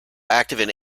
active